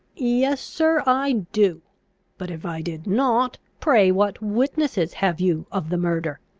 yes, sir, i do but, if i did not, pray what witnesses have you of the murder?